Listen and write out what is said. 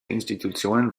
institutionen